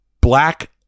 black